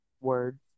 words